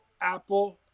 Apple